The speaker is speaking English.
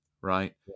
right